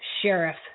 Sheriff